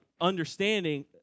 understanding